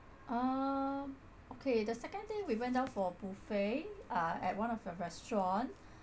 uh okay the second thing we went down for buffet uh at one of the restaurant